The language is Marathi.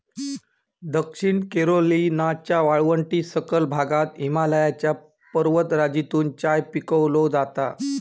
दक्षिण कॅरोलिनाच्या वाळवंटी सखल भागात हिमालयाच्या पर्वतराजीतून चाय पिकवलो जाता